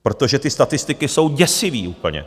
Protože ty statistiky jsou děsivé úplně.